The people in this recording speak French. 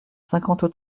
cinquante